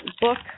book